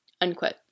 unquote